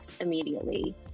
immediately